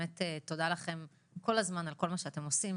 תודה לכם כל הזמן על כל מה שאתם עושים.